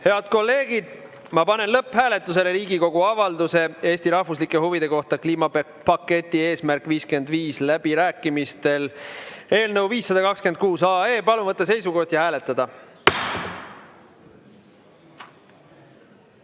Head kolleegid, ma panen lõpphääletusele Riigikogu avalduse "Eesti rahvuslike huvide kohta kliimapaketi "Eesmärk 55" läbirääkimistel" eelnõu 526. Palun võtta seisukoht ja hääletada!